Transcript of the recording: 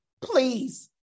please